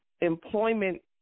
employment